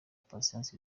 patient